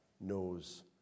knows